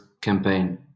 campaign